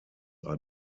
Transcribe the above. are